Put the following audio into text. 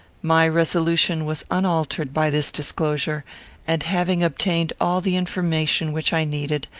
my resolution was unaltered by this disclosure and, having obtained all the information which i needed,